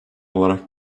olarak